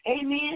Amen